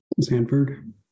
Sanford